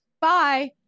Bye